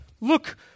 look